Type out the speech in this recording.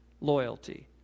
loyalty